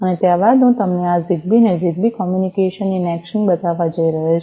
અને ત્યાર બાદ હું તમને આ જીગબી ને જીગબી કોમ્યુનિકેશન ઇન એક્શન બતાવવા જઈ રહ્યો છું